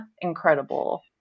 incredible